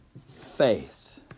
faith